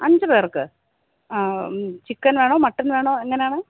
അഞ്ചു പേർക്ക് ചിക്കൻ വേണമോ മട്ടൻ വേണമോ എങ്ങനെയാണ്